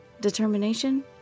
Determination